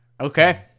okay